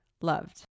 loved